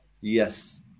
Yes